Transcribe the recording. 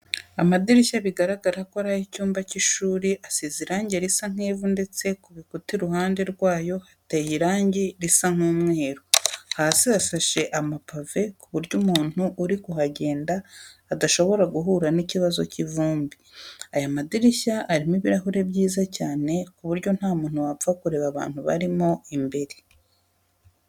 Amadirishya bigaragara ko ari ay'icyumba cy'ishuri asize irangi risa nk'ivu ndetse ku bikuta iruhande rwayo hateye irangi risa nk'umweru, hasi hasashe amapave ku buryo umuntu uri kuhagenda adashobora guhura n'ikibazo cy'ivumbi. Aya madirishya arimo ibirahuri byiza cyane ku buryo nta muntu wapfa kureba abantu barimo imbere.